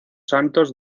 santos